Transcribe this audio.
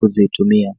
kuzitumia.